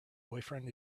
boyfriend